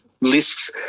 lists